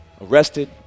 arrested